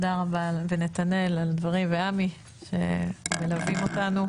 נתנאל ועמי, שמלווים אותנו,